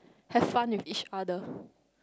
have fun with each other